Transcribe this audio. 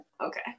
Okay